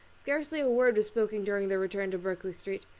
scarcely a word was spoken during their return to berkeley street.